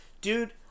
dude